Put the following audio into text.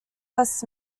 less